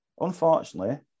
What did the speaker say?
Unfortunately